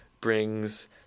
brings